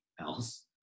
else